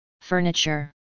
furniture